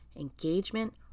engagement